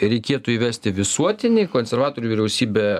reikėtų įvesti visuotinį konservatorių vyriausybė